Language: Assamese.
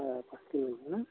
না